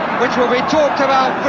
which will be talked about